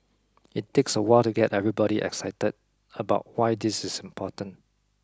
it takes a while to get everybody excited about why this is important